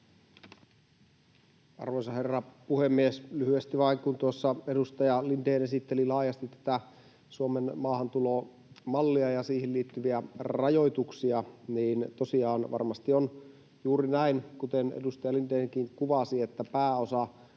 Arvoisa herra puhemies! Lyhyesti vain. Kun tuossa edustaja Lindén esitteli laajasti tätä Suomen maahantulomallia ja siihen liittyviä rajoituksia, niin tosiaan varmasti on juuri näin kuin edustaja Lindénkin kuvasi, että pääosa